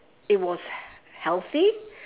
it was healthy